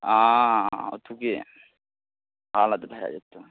हँ ओतौके हालत भऽ जेतौ